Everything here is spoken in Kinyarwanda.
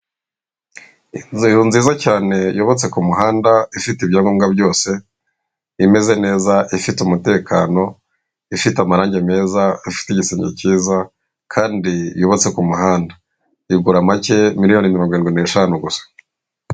Inzu nziza cyane yubatse ku muhanda ifite ibyangombwa byose, imeze neza, ifite umutekano, ifite amarange meza, afite igisenge cyiza kandi yubatse ku muhanda igura make miliyoni mirongo irindwi n'eshanu gusa.